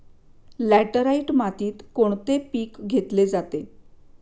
Laterite मातीत कोणते पीक घेतले जाते?